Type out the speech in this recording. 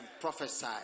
prophesy